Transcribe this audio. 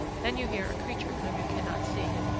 then you hear a creature whom you cannot see,